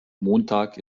montag